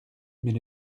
mais